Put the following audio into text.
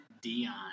Dion